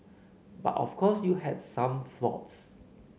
but of course you had some flops